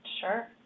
Sure